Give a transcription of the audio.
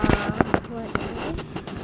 ah what else